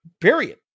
period